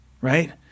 right